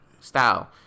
Style